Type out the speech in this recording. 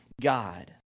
God